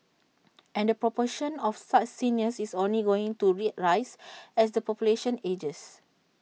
and the proportion of such seniors is only going to rise as the population ages